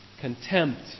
contempt